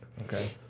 Okay